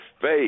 faith